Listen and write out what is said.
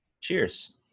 Cheers